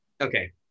okay